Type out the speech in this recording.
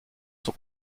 sont